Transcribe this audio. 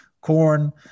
corn